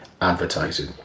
advertising